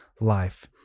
life